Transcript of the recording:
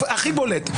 הכי בולט.